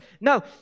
No